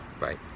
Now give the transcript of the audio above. Bye